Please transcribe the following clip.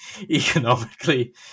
economically